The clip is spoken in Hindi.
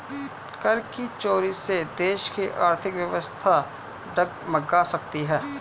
कर की चोरी से देश की आर्थिक व्यवस्था डगमगा सकती है